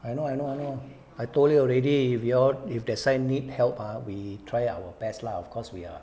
I know I know I know I told you already we all if that side need help ah we try our best lah of course we are